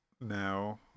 now